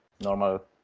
normal